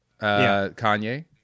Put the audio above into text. Kanye